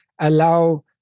allow